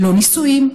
לא נישואים,